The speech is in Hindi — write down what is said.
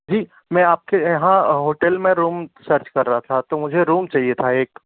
जी में आपके यहाँ होटेल में रूम सर्च कर रहा था तो मुझे रूम चाहिए था एक